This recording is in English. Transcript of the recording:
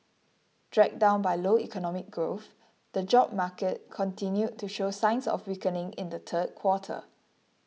dragged down by low economic growth the job market continued to show signs of weakening in the third quarter